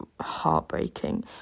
heartbreaking